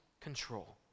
control